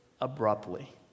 abruptly